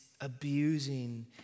abusing